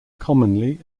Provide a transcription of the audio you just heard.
commonly